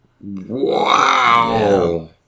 Wow